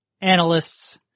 analysts